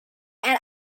and